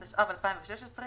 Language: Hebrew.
התשע"ו-2016,